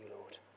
Lord